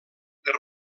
per